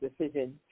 decision